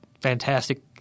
fantastic